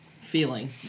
feeling